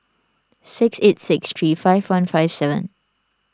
six eight six three five one five seven